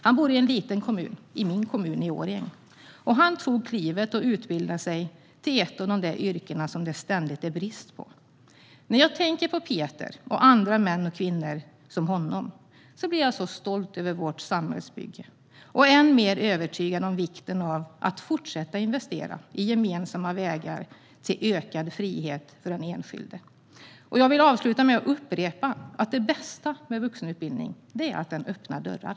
Han bor i en liten kommun, i min hemkommun Årjäng. Han tog klivet och utbildade sig till ett av de yrken där det ständigt är brist. När jag tänker på Peter och andra män och kvinnor som han blir jag så stolt över vårt samhällsbygge och än mer övertygad om vikten av att fortsätta att investera i gemensamma vägar till ökad frihet för den enskilde. Jag vill avsluta med att upprepa att det bästa med vuxenutbildningen är att den öppnar dörrar.